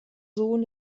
sohn